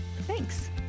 thanks